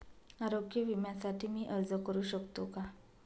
आरोग्य विम्यासाठी मी अर्ज करु शकतो का?